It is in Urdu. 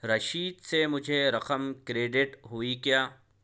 رشید سے مجھے رقم کریڈٹ ہوئی کیا